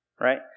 right